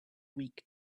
weak